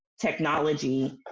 technology